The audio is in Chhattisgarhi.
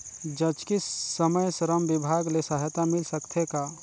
जचकी समय श्रम विभाग ले सहायता मिल सकथे का?